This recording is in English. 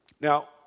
Now